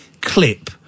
clip